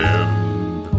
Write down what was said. end